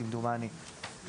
כמדומני.